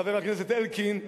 חבר הכנסת אלקין,